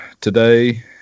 today